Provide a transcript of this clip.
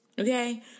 Okay